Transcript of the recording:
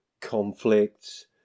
conflicts